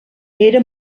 era